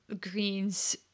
greens